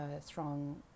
strong